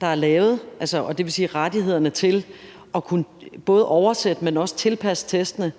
der er lavet, dvs. rettighederne til at kunne både oversætte, men også tilpasse testene. Det